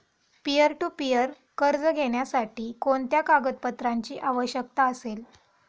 Peer to peer कर्ज घेण्यासाठी कोणत्या कागदपत्रांची आवश्यकता असेल?